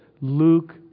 Luke